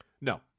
No